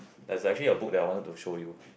that's actually a book that I want to show you